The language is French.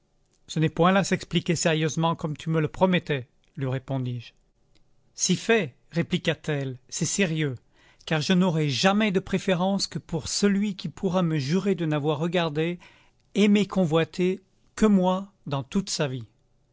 ce n'est point là s'expliquer sérieusement comme tu me le promettais lui répondis-je si fait répliqua-t-elle c'est sérieux car je n'aurai jamais de préférence que pour celui qui pourra me jurer de n'avoir regardé aimé convoité que moi dans toute sa vie